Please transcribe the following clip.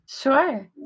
Sure